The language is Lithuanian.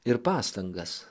ir pastangas